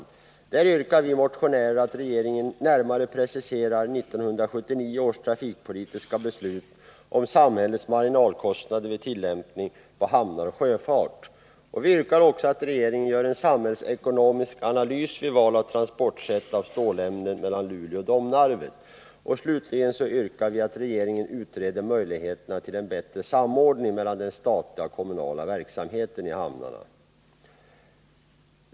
I motion 384 yrkas dels att regeringen närmare preciserar 1979 års trafikpolitiska beslut om samhällets marginalkostnader vid tillämpning på hamnar och sjöfart, dels att regeringen gör en samhällsekonomisk analys rörande val av transportsätt för stålämnen mellan Luleå och Domnarvet. I motion 433 yrkar vi att regeringen utreder möjligheterna till en bättre samordning mellan den statliga och kommunala verksamheten i hamnarna.